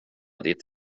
ditt